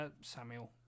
Samuel